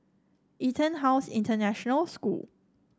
EtonHouse International School